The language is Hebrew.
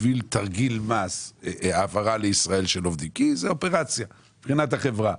בשביל תרגיל מס כי זאת אופרציה מבחינת החברה.